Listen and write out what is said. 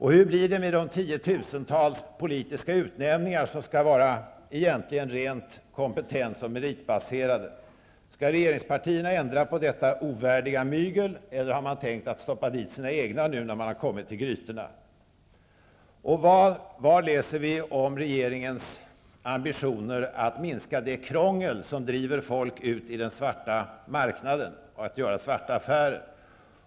Hur blir det med de tiotusentals politiska utnämningar som egentligen skall vara rent kompetens och meritbaserade? Skall regeringspartierna ändra på detta ovärdiga mygel eller har man tänkt att stoppa dit sina egna nu när man har kommit till grytorna? Var läser vi om regeringens ambitioner att minska det krångel som driver ut folk på den svarta marknaden och att göra svarta affärer.